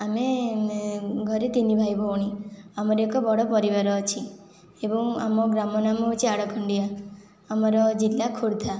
ଆମେ ଘରେ ତିନି ଭାଇ ଭଉଣୀ ଆମର ଏକ ବଡ଼ ପରିବାର ଅଛି ଏବଂ ଆମ ଗ୍ରାମ ନାମ ହେଉଛି ଆଳୁଖଣ୍ଡିଆ ଆମର ଜିଲ୍ଲା ଖୋର୍ଦ୍ଧା